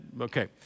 Okay